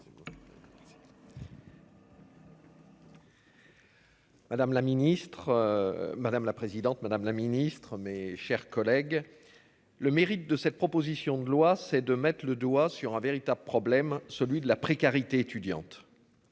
madame la présidente Madame la Ministre, mes chers collègues. Le mérite de cette proposition de loi, c'est de mettre le doigt sur un véritable problème, celui de la précarité étudiante.